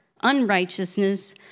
unrighteousness